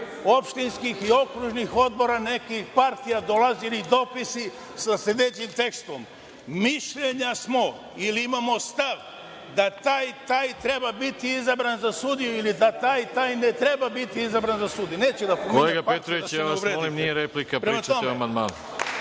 opštinskih i okružnih odbora nekih partija dolazili neki dopisi sa sledećim tekstom – mišljenja smo ili imamo stav da taj i taj treba biti izabran za sudiju ili da taj i taj ne treba biti izabran za sudiju…Neću partiju da pominjem da se ne uvredite. **Veroljub